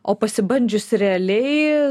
o pasibandžius realiai